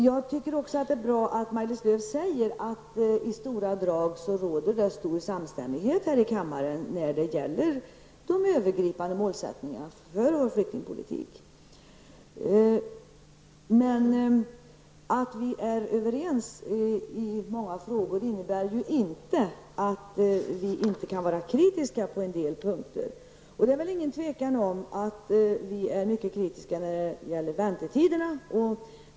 Jag tycker att det är bra att Maj-Lis Lööw säger att det i stora drag råder stor samstämmighet här i riksdagen när det gäller de övergripande målen för vår flyktingpolitik. Men att vi är överens i många frågor innebär ju inte att vi inte kan vara kritiska på en del punkter. Det är inget tvivel om att vi är mycket kritiska när det gäller väntetiderna.